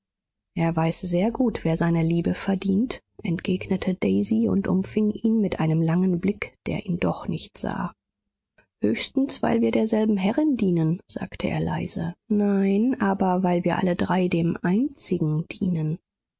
er weiß sehr gut wer seine liebe verdient entgegnete daisy und umfing ihn mit einem langen blick der ihn doch nicht sah höchstens weil wir derselben herrin dienen sagte er leise nein aber weil wir alle drei dem einzigen dienen